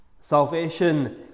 Salvation